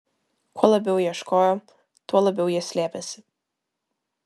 kuo labiau ieškojo tuo labiau jie slėpėsi